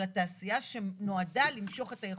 אלא תעשייה שנועדה למשוך את היכולת.